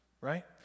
right